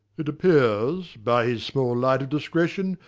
it appears, by his small light of discretion,